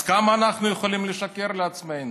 אז כמה אנחנו יכולים לשקר לעצמנו?